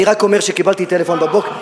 אני רק אומר שקיבלתי טלפון בבוקר,